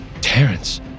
Terrence